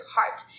heart